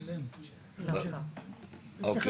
אוקיי.